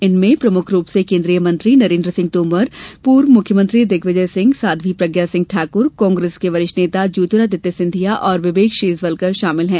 इनमें प्रमुख रूप से केंद्रीय मंत्री नरेन्द्र सिंह तोमर पूर्व मुख्यमंत्री दिग्विजय सिंह साध्वी प्रज्ञा सिंह ठाकुर कांग्रेस के वरिष्ठ नेता ज्योतिरादित्य सिंधिया और विवेक शेजवलकर शामिल हैं